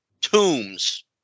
tombs